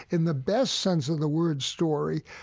in the best sense of the word story,